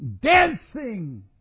Dancing